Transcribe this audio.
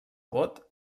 vot